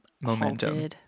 momentum